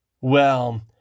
Well